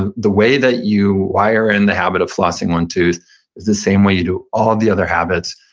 the the way that you wire in the habit of flossing one tooth is the same way you do all of the other habits.